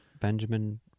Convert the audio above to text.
Benjamin